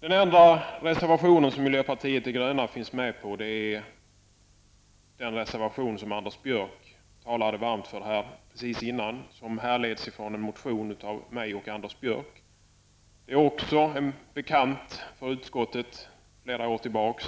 De andra reservation som miljöpartiet de gröna ställt sig bakom är den reservation som Anders Björck talade varmt om alldeles nyss och som härleds från en motion av mig och Anders Björck. Det gäller också här en fråga som är bekant för utskottet sedan flera år tillbaka,